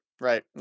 right